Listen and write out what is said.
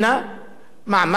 מעמד הביניים והשכבות